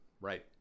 right